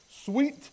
Sweet